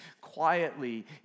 quietly